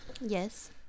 Yes